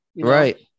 Right